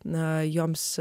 na joms